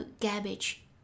garbage